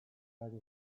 ari